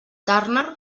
turner